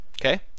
Okay